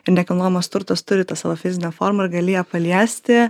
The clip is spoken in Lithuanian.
ir nekilnojamas turtas turi tą savo fizinę formą ir gali ją paliesti